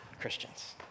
Christians